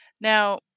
Now